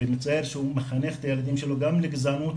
מצער שהוא מחנך את הילדים שלו גם לגזענות.